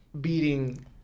beating